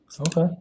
Okay